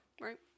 Right